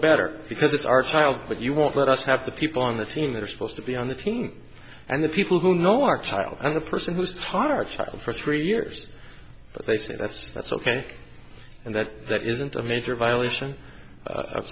better because it's our child but you won't let us have the people on the team that are supposed to be on the team and the people who know our child and the person who's taught our child for three years they say that's that's ok and that that isn't a major violation